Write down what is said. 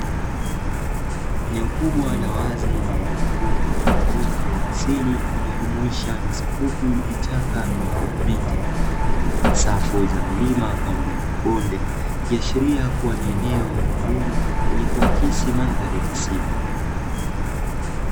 Eneo kubwa la wazi lililozungukwa na uoto wa asili unaojumuisha nyasi, vichaka pamoja na miti pamoja na safu za milima pamoja na mabonde, ikiashiria kuwa ni eneo maalumu lenye kuakisi mandhari ya misitu.